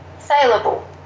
saleable